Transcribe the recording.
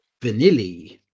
vanilli